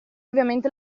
ovviamente